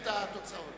תוצאות